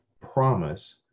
promise